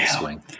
swing